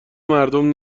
مردم